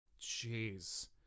jeez